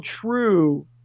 true